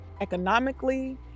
economically